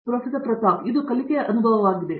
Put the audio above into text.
ಪ್ರತಾಪ್ ಹರಿಡೋಸ್ ಆದ್ದರಿಂದ ಇದು ಕಲಿಕೆಯ ಅನುಭವವಾಗಿದೆ